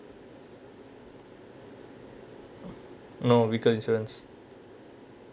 no vehicle insurance